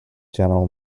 general